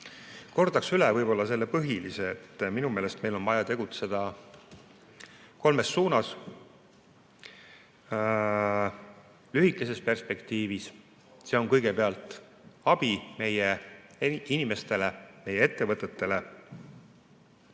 Kordaksin üle selle põhilise, et minu meelest on meil vaja tegutseda kolmes suunas: lühikeses perspektiivis – see on kõigepealt abi meie inimestele, meie ettevõtetele